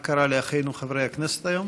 מה קרה לאחינו חברי הכנסת היום?